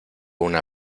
una